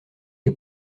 est